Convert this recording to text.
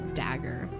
dagger